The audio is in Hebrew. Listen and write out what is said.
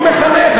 לא מחנך,